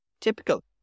typical